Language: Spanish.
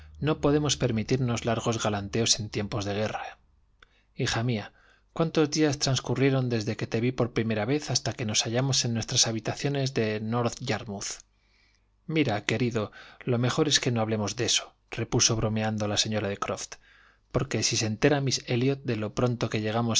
no podemos permitirnos largos galanteos en tiempo de guerra hija mía cuántos días transcurrieron desde que te vi por primera vez hasta que nos hallamos en nuestras habitaciones de north yarmouth mira querido lo mejor es que no hablemos de esorepuso bromeando la señora de croflt porque si se entera miss elliot de lo pronto que llegamos